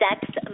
sex